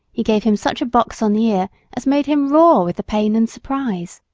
he gave him such a box on the ear as made him roar with the pain and surprise.